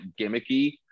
gimmicky